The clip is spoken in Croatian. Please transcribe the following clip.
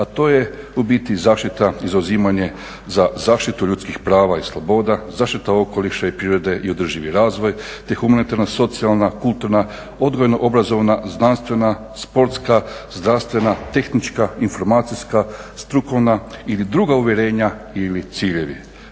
a to je u biti zaštita i zauzimanje za zaštitu ljudskih prava i sloboda, zaštita okoliša i prirode i održivi razvoj, te humanitarna, socijalna, kulturna, odgojno-obrazovna, znanstvena, sportska, zdravstvena, tehnička, informacijska, strukovna ili druga uvjerenja ili ciljevi.